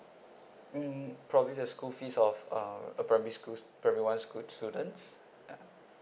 mm probably the school fees of uh a primary school's primary one school students uh